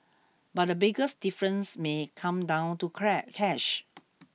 but the biggest difference may come down to cash